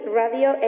radio